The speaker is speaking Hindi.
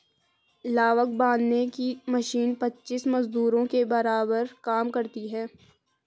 लावक बांधने की मशीन पच्चीस मजदूरों के बराबर काम करती है